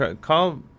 Call